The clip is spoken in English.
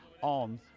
on